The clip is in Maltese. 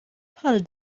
bħal